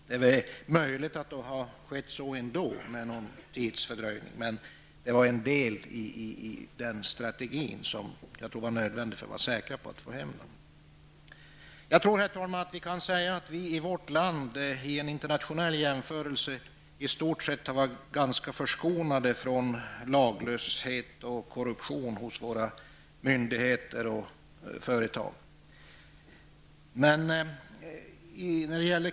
Det är möjligt att så ändå hade skett med någon tidsfördröjning, men det var en del i den strategi som jag tror var nödvändig för att vi skulle kunna vara säkra på att få hem svenskarna. Herr talman! Jag tror att man kan säga att vi i vårt land i en internationell jämförelse i stort sett har varit ganska förskonade från laglöshet och korruption hos våra myndigheter och företag.